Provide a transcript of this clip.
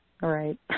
right